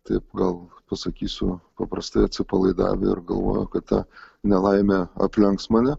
taip gal pasakysiu paprastai atsipalaidavę ir galvoja kad ta nelaimė aplenks mane